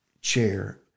chair